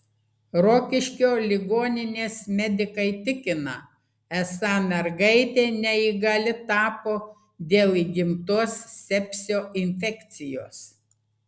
rokiškio ligoninės medikai tikina esą mergaitė neįgali tapo dėl įgimtos sepsio infekcijos